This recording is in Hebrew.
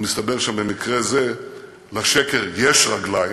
מסתבר שבמקרה זה לשקר יש רגליים,